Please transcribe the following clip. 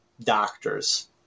Doctors